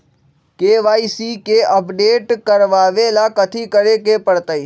KYC के update करवावेला कथि करें के परतई?